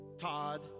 Todd